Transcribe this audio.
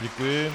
Děkuji.